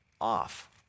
off